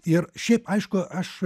ir šiaip aišku aš